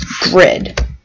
grid